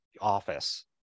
Office